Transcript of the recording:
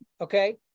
Okay